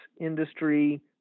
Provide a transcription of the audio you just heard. industry